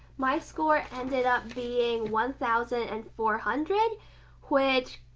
my score ended up being one thousand and four hundred which.